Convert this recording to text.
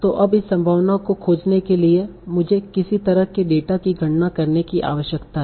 तो अब इस संभावना को खोजने के लिए मुझे किस तरह के डेटा की गणना करने की आवश्यकता है